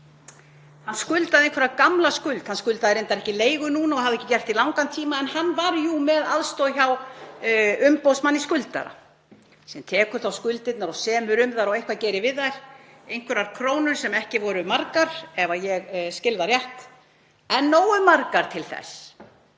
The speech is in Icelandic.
hann skuldaði einhverja gamla skuld — hann skuldaði reyndar ekki leigu núna og hafði ekki gert í langan tíma en hann var jú með aðstoð hjá Umboðsmanni skuldara sem tekur þá skuldirnar og semur um þær og gerir eitthvað við þær — einhverjar krónur sem ekki voru margar ef ég skil það rétt en nógu margar til þess